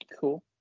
Cool